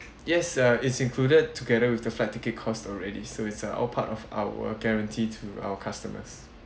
yes uh is included together with the flight ticket cost already so it's a all part of our guarantee to our customers